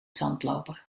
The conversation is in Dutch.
zandloper